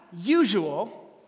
Usual